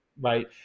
Right